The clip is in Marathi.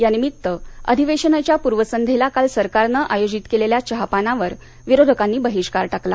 या निमित्त अधिवेशनाच्या पूर्वसंध्येला काल सरकारनं आयोजित केलेल्या चहापानावर विरोधकांनी बहिष्कार टाकला